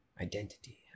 Identity